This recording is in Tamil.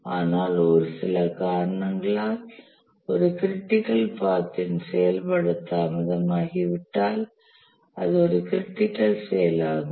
ஆனால் ஒரு சில காரணங்களால் ஒரு க்ரிட்டிக்கல் பாத்தின் செயல்பாடு தாமதமாகிவிட்டால் அது ஒரு க்ரிட்டிக்கல் செயலாகும்